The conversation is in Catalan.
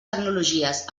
tecnologies